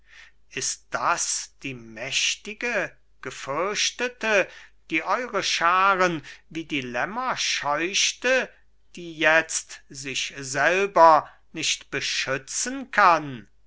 ist das die mächtige gefürchtete die eure scharen wie die lämmer scheuchte die jetzt sich selber nicht beschützen kann